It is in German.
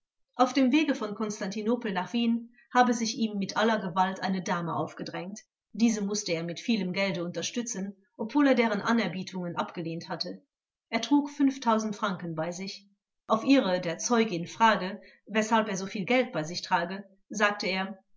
auf dem wege von konstantinopel nach wien habe sich ihm mit aller gewalt eine dame aufgedrängt diese mußte er mit vielem gelde unterstützen obwohl er deren anerbietungen abgelehnt hatte er trug fünf franken bei sich auf ihre der zeugin frage weshalb er soviel geld bei sich trage sagte er